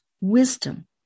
wisdom